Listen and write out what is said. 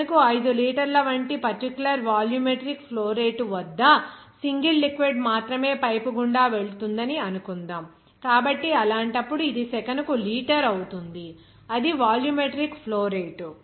సెకనుకు 5 లీటర్ల వంటి పర్టిక్యులర్ వాల్యూమెట్రిక్ ఫ్లో రేటు వద్ద సింగల్ లిక్విడ్ మాత్రమే పైపు గుండా వెళుతుందని అనుకుందాం కాబట్టి అలాంటప్పుడు ఇది సెకనుకు లీటరు అవుతుంది అది వాల్యూమెట్రిక్ ఫ్లో రేటు